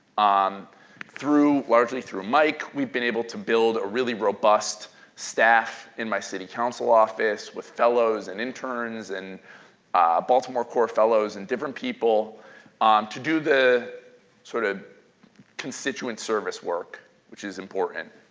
um largely through mike, we've been able to build a really robust staff in my city council office with fellows, and interns, and baltimore core fellows, and different people um to do the sort of constituent service work which is important.